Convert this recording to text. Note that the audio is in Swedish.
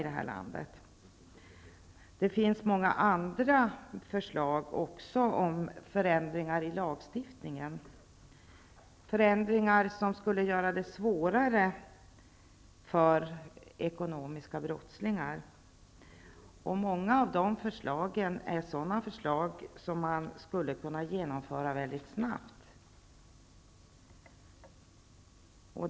Det finns också många andra förslag till förändringar i lagstiftningen, förändringar som skulle göra det svårare för ekonomiska brottslingar. Många av de förslagen skulle kunna genomföras mycket snabbt.